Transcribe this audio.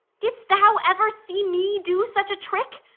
didst thou ever see me do such a trick?